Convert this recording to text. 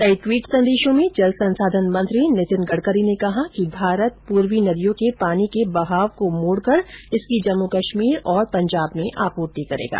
कई ट्वीट संदेशों में जल संसाधन मंत्री नितिन गड़करी ने कहा कि भारत पूर्वी नदियों के पानी के बहाव को मोड़कर इसकी जम्मू कश्मीर और पंजाब में आपूर्ति करेगा